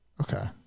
okay